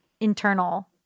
internal